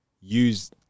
use